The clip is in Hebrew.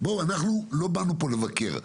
אנחנו לא באנו לפה כדי לבקר.